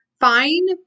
find